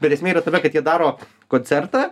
bet esmė yra tame kad jie daro koncertą